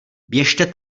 běžte